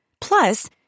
plus